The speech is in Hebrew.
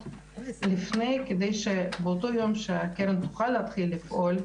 לפני כדי שבאותו יום שהקרן תוכל להתחיל לפעול,